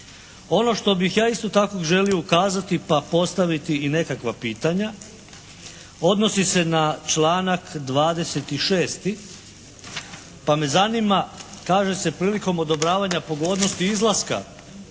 Ono što bih ja isto tako želio ukazati pa postaviti i nekakva pitanja odnosi se na članak 26. pa me zanima, kaže se, prilikom odobravanja pogodnosti izlaska